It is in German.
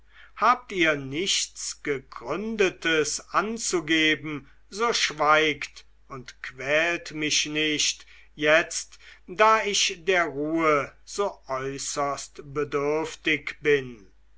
habt ihr nichts gegründetes anzugeben so schweigt und quält mich nicht jetzt da ich der ruhe so äußerst bedürftig bin